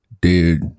Dude